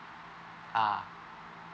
ah